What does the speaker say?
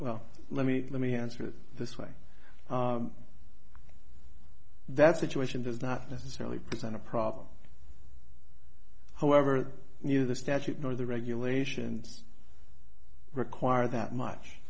well let me let me answer it this way that's situation does not necessarily present a problem however you the statute nor the regulations require that much